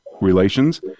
relations